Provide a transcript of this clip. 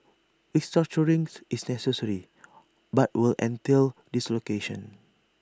restructure rings is necessary but will entail dislocations